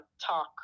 talk